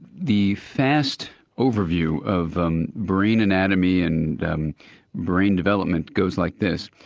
the fast overview of brain anatomy and brain development goes like this.